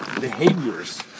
behaviors